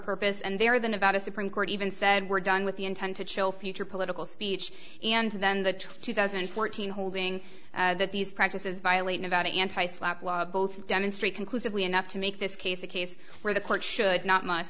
purpose and there than about a supreme court even said we're done with the intent to chill future political speech and then the two thousand and fourteen holding that these practices violate about anti slapp law both demonstrate conclusively enough to make this case a case where the court should not mu